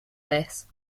this